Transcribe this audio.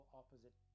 opposite